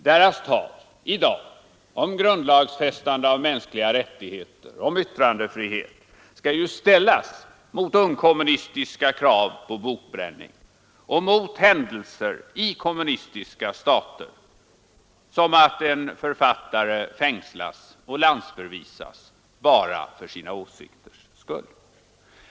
Deras tal i dag om grundlagfästande av mänskliga rättigheter och om yttrandefriheten skall ställas mot ungkommunistiska krav på bokbränning och mot sådana händelser i kommunistiska stater som att en författare fängslas och landsförvisas bara för sina åsikters skull.